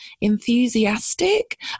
enthusiastic